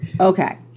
okay